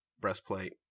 breastplate